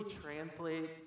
translate